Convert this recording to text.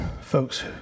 folks